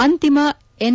ಅಂತಿಮ ಎನ್